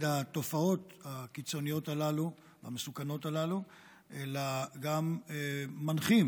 התופעות הקיצוניות והמסוכנות הללו אלא גם מנחים